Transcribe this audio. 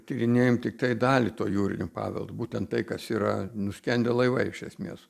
tyrinėjam tiktai dalį to jūrinio paveldo būtent tai kas yra nuskendę laivai iš esmės